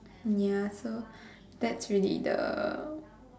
ya so that's really the